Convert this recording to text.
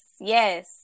Yes